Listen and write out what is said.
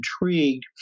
intrigued